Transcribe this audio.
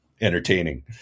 entertaining